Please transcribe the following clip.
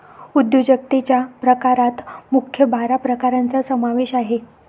उद्योजकतेच्या प्रकारात मुख्य बारा प्रकारांचा समावेश आहे